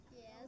Yes